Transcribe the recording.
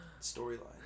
storyline